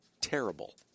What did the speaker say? terrible